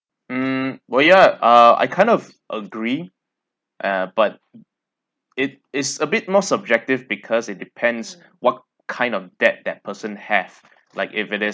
mm well yeah uh I kind of agree uh but it is a bit more subjective because it depends what kind of debt that person have like if it is